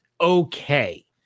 okay